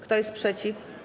Kto jest przeciw?